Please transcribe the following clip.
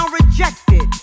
rejected